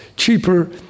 cheaper